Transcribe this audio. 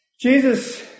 Jesus